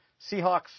Seahawks